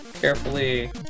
carefully